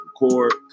record